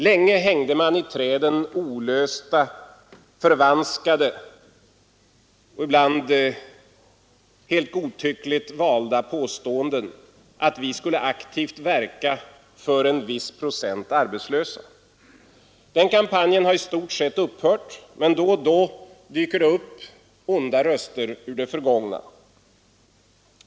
Länge hängde man i träden lösryckta, förvanskade och ibland helt godtyckligt valda påståenden att vi skulle aktivt verka för en viss procent arbetslösa. Den kampanjen har i stort sett upphört, men då och då dyker sådana onda röster upp ur det förgångna.